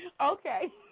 Okay